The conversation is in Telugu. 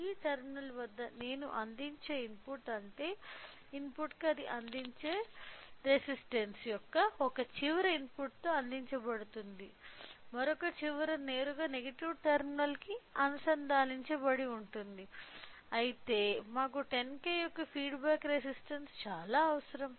ఈ టెర్మినల్ వద్ద నేను అందించే ఇన్పుట్ అంటే ఇన్పుట్కు అది అందించిన రెసిస్టన్స్స్ యొక్క ఒక చివర ఇన్పుట్తో అందించబడుతుంది మరొక చివర నేరుగా నెగటివ్ టెర్మినల్కు అనుసంధానించబడి ఉంటుంది అయితే మాకు 10K యొక్క ఫీడ్బ్యాక్ రెసిస్టన్స్ అవసరం